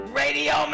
radio